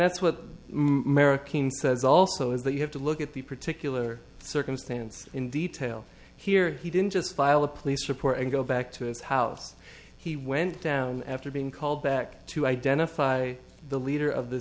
that's what america says also is that you have to look at the particular circumstance in detail here he didn't just file a police report and go back to his house he went down after being called back to identify the leader of th